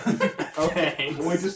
Okay